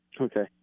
Okay